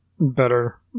better